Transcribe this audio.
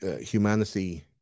Humanity